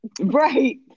Right